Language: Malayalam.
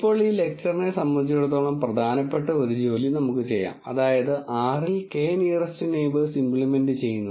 ഇപ്പോൾ ഈ ലെക്ച്ചറിനെ സംബന്ധിച്ചിടത്തോളം പ്രധാനപ്പെട്ട ഒരു ജോലി നമുക്ക് ചെയ്യാം അതായത് R ൽ K നിയറെസ്റ് നെയിബേർസ് ഇമ്പ്ലിമെൻറ് ചെയ്യുന്നത്